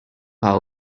our